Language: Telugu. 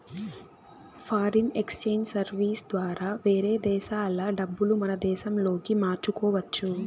ఫారిన్ ఎక్సేంజ్ సర్వీసెస్ ద్వారా వేరే దేశాల డబ్బులు మన దేశంలోకి మార్చుకోవచ్చు